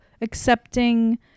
accepting